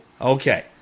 Okay